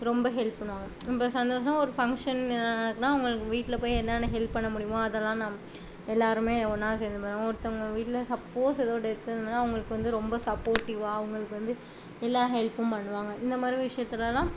ரொம்ப ஹெல்ப் பண்ணுவாங்க இப்போ சந்தோஷமா ஒரு ஃபங்ஷன் நடக்குதுனா அவர்களுக்கு வீட்டில் போய் என்னன்ன ஹெல்ப் பண்ண முடியுமோ அதெல்லாம் நம் எல்லோருமே ஒன்றா சேர்ந்து பண்ணுவோம் ஒருத்தவங்க வீட்டில் சப்போஸ் ஏதோ ஒரு டெத் இருந்துதுன்னால் அவர்களுக்கு வந்து ரொம்ப சப்போர்ட்டிவாக அவர்களுக்கு வந்து எல்லா ஹெல்ப்பும் பண்ணுவாங்க இந்த மாதிரி விஷயத்துலலாம்